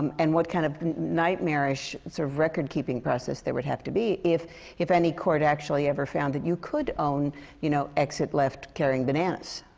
um and what kind of nightmarish sort of record-keeping process there would have to be, if if any court actually found that you could own you know, exit left, carrying bananas.